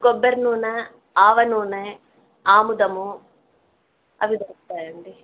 కొబ్బరి నూనె ఆవ నూనె ఆముదము అవి దొరుకుతాయండి